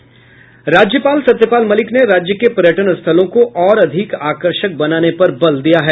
राज्यपाल सत्यपाल मलिक ने राज्य के पर्यटन स्थलों को और अधिक आकर्षक बनाने पर बल दिया है